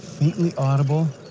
faintly audible?